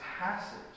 passage